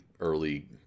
early